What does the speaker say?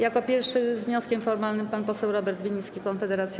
Jako pierwszy z wnioskiem formalnym pan poseł Robert Winnicki, Konfederacja.